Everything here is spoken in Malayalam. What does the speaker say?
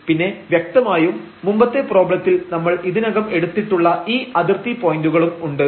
പിന്നെ വ്യക്തമായും മുമ്പത്തെ പ്രോബ്ലത്തിൽ നമ്മൾ ഇതിനകം എടുത്തിട്ടുള്ള ഈ അതിർത്തി പോയന്റുകളും ഉണ്ട്